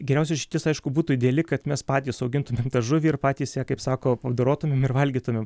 geriausia išeitis aišku būtų ideali kad mes patys augintumėm tą žuvį ir patys ją kaip sako apdorotumėm ir valgytumėm